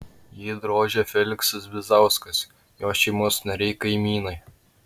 jį drožė feliksas bizauskas jo šeimos nariai kaimynai